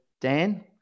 Dan